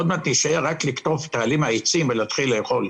עוד מעט נישאר רק לקטוף את העלים מהעצים ונתחיל לאכול.